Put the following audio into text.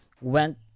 went